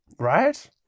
right